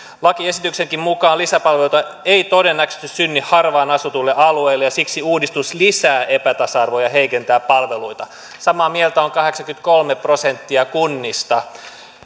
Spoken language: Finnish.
lakiesityksenkin mukaan lisäpalveluita ei todennäköisesti synny harvaan asutuille alueille ja siksi uudistus lisää epätasa arvoa ja heikentää palveluita samaa mieltä on kahdeksankymmentäkolme prosenttia kunnista